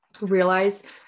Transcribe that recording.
realize